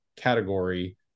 category